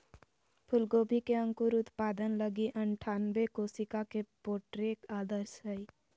फूलगोभी के अंकुर उत्पादन लगी अनठानबे कोशिका के प्रोट्रे आदर्श हइ